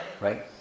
right